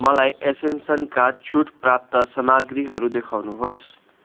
मलाई एसेन्सनका छुट प्राप्त सामग्रीहरू देखाउनुहोस्